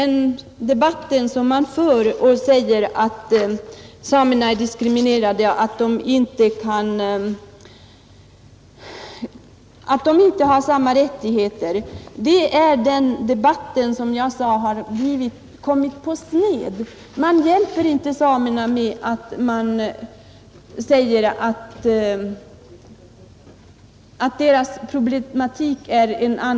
När man säger att samerna är diskriminerade, att de inte har samma rättigheter som andra svenskar, har debatten kommit på sned. Man hjälper inte samerna med att säga att deras problem är annorlunda.